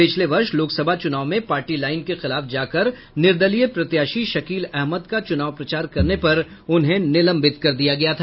पिछले वर्ष लोकसभा चुनाव में पार्टी लाईन के खिलाफ जाकर निर्दलीय प्रत्याशी शकील अहमद का चुनाव प्रचार करने पर उन्हें निलंबित कर दिया गया था